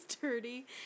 dirty